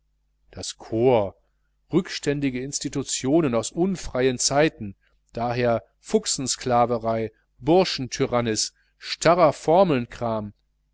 das corps rückständige institution aus unfreien zeiten daher fuchsensklaverei burschentyrannis starrer formelnkram